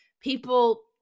People